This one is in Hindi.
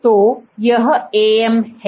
तो यह AM है